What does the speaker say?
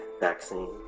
vaccine